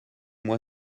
moi